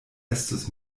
estus